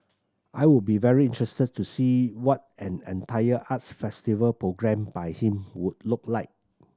I would be very interested to see what an entire arts festival programmed by him would look like